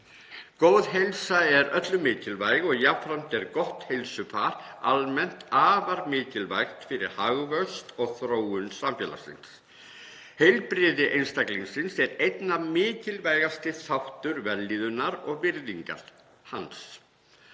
Góð heilsa er öllum mikilvæg og jafnframt er gott heilsufar almennt afar mikilvægt fyrir hagvöxt og þróun samfélagsins. Heilbrigði einstaklingsins er einn mikilvægasti þáttur vellíðunar og virðingar hans.